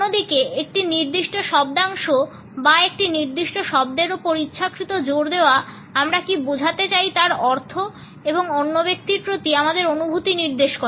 অন্যদিকে একটি নির্দিষ্ট শব্দাংশ বা একটি নির্দিষ্ট শব্দের উপর ইচ্ছাকৃত জোর দেওয়া আমরা কি বোঝাতে চাই তার অর্থ এবং অন্য ব্যক্তির প্রতি আমাদের অনুভূতি নির্দেশ করে